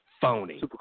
phony